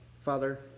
Father